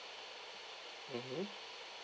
mmhmm